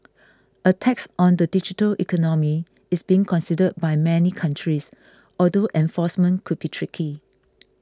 a tax on the digital economy is being considered by many countries although enforcement could be tricky